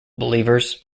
believers